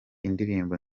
indirimbo